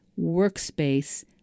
workspace